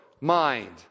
mind